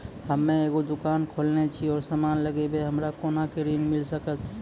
हम्मे एगो दुकान खोलने छी और समान लगैबै हमरा कोना के ऋण मिल सकत?